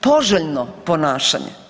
poželjno ponašanje.